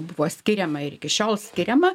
buvo skiriama ir iki šiol skiriama